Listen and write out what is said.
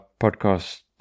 podcast